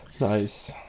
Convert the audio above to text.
Nice